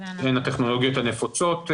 הן הטכנולוגיות הנפוצות בעולם.